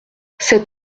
cet